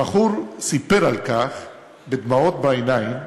הבחור סיפר על כך בדמעות בעיניים.